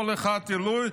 כל אחד עילוי,